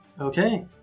Okay